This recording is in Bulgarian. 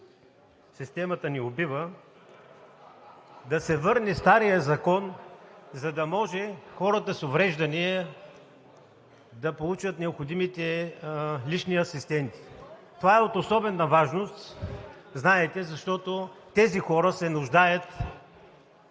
„Системата ни убива“ – да се върне старият закон, за да може хората с увреждания да получат необходимите лични асистенти. Това е от особена важност, знаете, защото тези хора се нуждаят